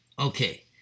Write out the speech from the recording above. Okay